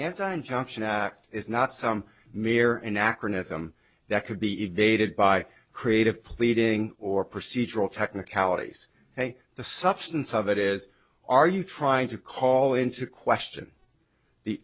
anti injunction act is not some mere anachronism that could be evaded by creative pleading or procedural technicalities and the substance of it is are you trying to call into question the